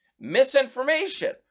misinformation